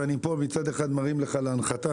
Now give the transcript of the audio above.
ואני פה מצד אחד מרים לך להנחתה,